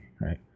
right